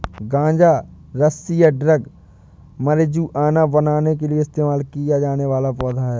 गांजा रस्सी या ड्रग मारिजुआना बनाने के लिए इस्तेमाल किया जाने वाला पौधा है